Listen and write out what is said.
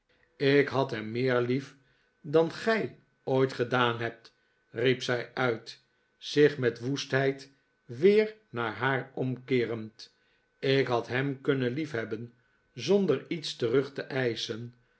ik had hem meer lief dan gij ooit gedaan hebt riep zij uit zich met woestheid weer naar haar omkeerend ik had hem kunnen liefhebben zonder ie ts terug te eischen